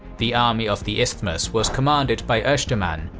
the army of the isthmus was commanded by osterman,